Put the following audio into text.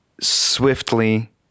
swiftly